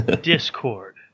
Discord